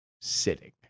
sitting